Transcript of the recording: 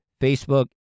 Facebook